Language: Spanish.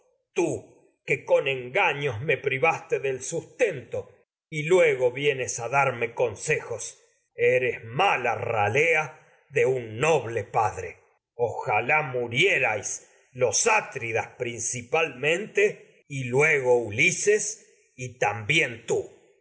tú que engaños me privaste del sustento luego noble vienes darme consejos eres mala ralea de un padre ojalá murierais los atridas principalmente y luego ulises y también tú